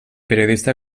periodista